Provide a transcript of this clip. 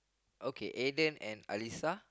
okay Eden and Alissa